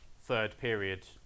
third-period